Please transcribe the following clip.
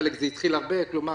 לחלק זה התחיל כלומר,